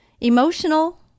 Emotional